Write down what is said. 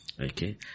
Okay